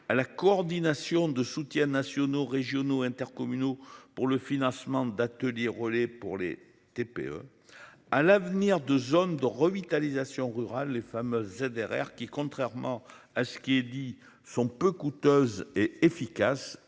à la coordination de soutien nationaux, régionaux intercommunaux pour le financement d'atelier relais pour les TPE. À l'avenir de zones de revitalisation rurale, les femmes ZRR qui, contrairement à ce qui est dit sont peu coûteuses et efficaces.